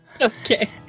Okay